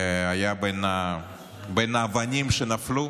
והיה בין האבנים שנפלו,